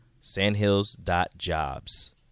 Sandhills.jobs